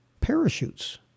parachutes